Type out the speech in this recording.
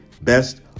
best